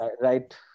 right